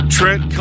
Trent